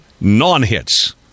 non-hits